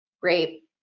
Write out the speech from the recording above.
Great